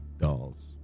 dolls